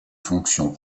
fonctions